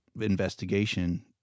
investigation